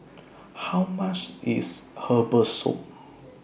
How much IS Herbal Soup